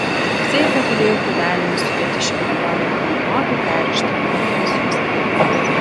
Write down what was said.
seife gulėjo krūvelėmis sudėti šimto dolerių banknotai perrišti guminėmis juostelėmis